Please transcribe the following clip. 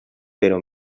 però